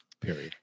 Period